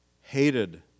hated